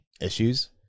issues